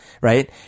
right